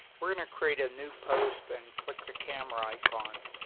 we're going to create a new post and click the camera icon.